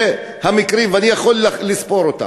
אלה המקרים, ואני יכול לספור אותם.